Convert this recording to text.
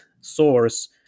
source